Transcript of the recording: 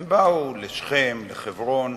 הם באו לשכם, לחברון,